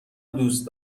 دوست